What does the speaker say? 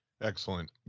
Excellent